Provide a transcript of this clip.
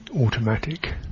automatic